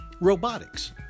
robotics